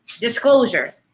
disclosure